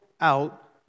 out